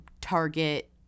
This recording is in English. target